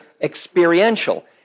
experiential